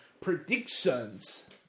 predictions